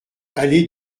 allée